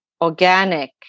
organic